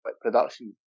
production